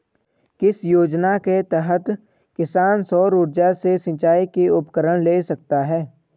किस योजना के तहत किसान सौर ऊर्जा से सिंचाई के उपकरण ले सकता है?